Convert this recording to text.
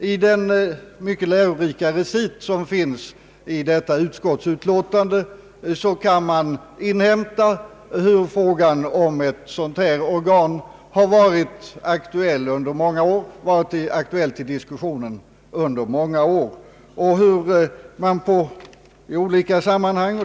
I den mycket lärorika reciten i utskottsutlåtandet kan man inhämta hur frågan om ett sådant här organ har varit aktuell i diskussionen under många år.